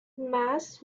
mass